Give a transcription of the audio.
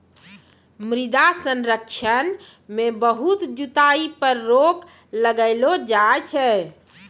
मृदा संरक्षण मे बहुत जुताई पर रोक लगैलो जाय छै